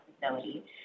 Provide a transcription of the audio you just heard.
facility